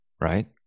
Right